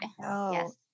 yes